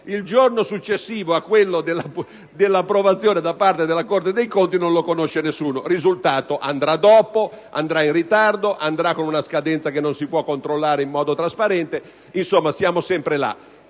il giorno successivo a quello dell'approvazione da parte della Corte dei conti non lo conosce nessuno. Il risultato è che si ritarderà, con una scadenza che non si può controllare in modo trasparente. Queste modificazioni